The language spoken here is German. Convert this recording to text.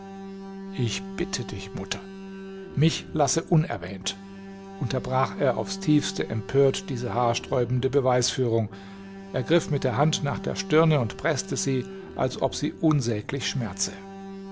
ich bitte dich mutter mich lasse unerwähnt unterbrach er aufs tiefste empört diese haarsträubende beweisführung er griff mit der hand nach der stirne und preßte sie als ob sie unsäglich schmerze